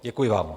Děkuji vám.